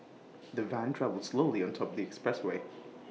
the van travelled slowly on the expressway